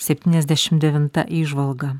septyniasdešim devinta įžvalga